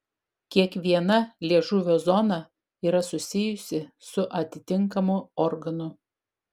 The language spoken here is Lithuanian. kiekviena liežuvio zona yra susijusi su atitinkamu organu